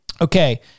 Okay